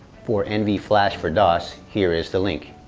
for nvflash for dos here is the link.